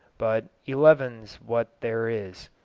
but eleven's what there is.